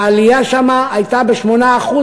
העלייה שם הייתה ב-8%,